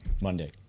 Monday